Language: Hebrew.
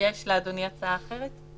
יש לאדוני הצעה אחרת?